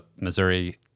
Missouri